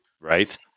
Right